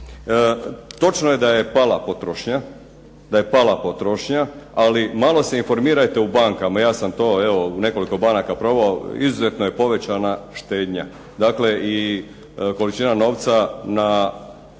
Točno je da je pala potrošnja, ali malo se informirajte u bankama. Ja sam to, evo u nekoliko banaka probao, izuzetno je povećana štednja. Dakle, i količina novca na